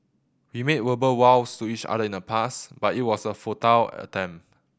we made verbal vows to each other in the past but it was a futile attempt